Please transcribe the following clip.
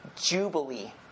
Jubilee